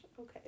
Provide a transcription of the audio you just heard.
okay